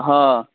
हँ